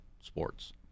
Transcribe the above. sports